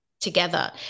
together